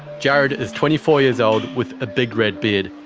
jared is twenty four years old with a big red beard,